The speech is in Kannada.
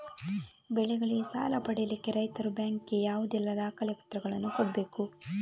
ಬೆಳೆಗಳಿಗೆ ಸಾಲ ಪಡಿಲಿಕ್ಕೆ ರೈತರು ಬ್ಯಾಂಕ್ ಗೆ ಯಾವುದೆಲ್ಲ ದಾಖಲೆಪತ್ರಗಳನ್ನು ಕೊಡ್ಬೇಕು?